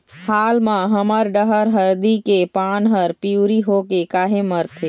हाल मा हमर डहर हरदी के पान हर पिवरी होके काहे मरथे?